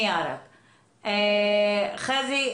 חזי,